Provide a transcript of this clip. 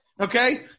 Okay